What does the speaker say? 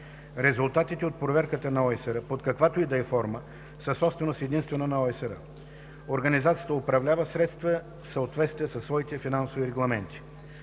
Резултатите от проверката на ОИСР, под каквато и да е форма, са собственост единствено на ОИСР. Организацията управлява средствата в съответствие със своите финансови регламенти.